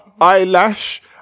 eyelash